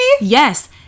Yes